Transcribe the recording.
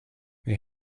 they